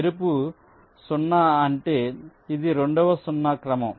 ఎరుపు 0 అంటే ఇది రెండవ 0 క్రమం